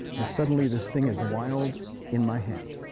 and, suddenly, this thing is wild in my hand.